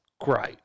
great